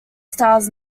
stars